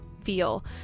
feel